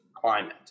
climate